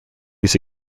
these